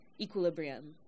equilibrium